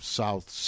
south